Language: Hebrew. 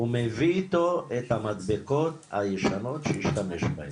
הוא מביא אתו את המדבקות הישנות שהשתמש בהם